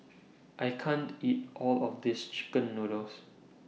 I can't eat All of This Chicken Noodles